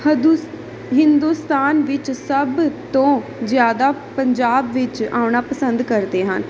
ਹਿੰਦੂ ਹਿੰਦੁਸਤਾਨ ਵਿੱਚ ਸਭ ਤੋਂ ਜ਼ਿਆਦਾ ਪੰਜਾਬ ਵਿੱਚ ਆਉਣਾ ਪਸੰਦ ਕਰਦੇ ਹਨ